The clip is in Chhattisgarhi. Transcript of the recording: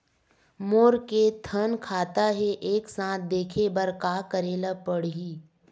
मोर के थन खाता हे एक साथ देखे बार का करेला पढ़ही?